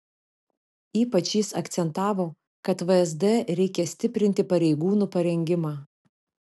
ypač jis akcentavo kad vsd reikia stiprinti pareigūnų parengimą